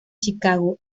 chicago